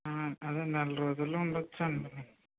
అదే నెల రోజులలో ఉండచ్చు అండి